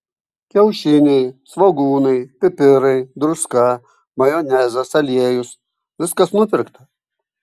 kiaušiniai svogūnai pipirai druska majonezas aliejus viskas nupirkta